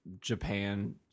Japan